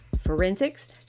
forensics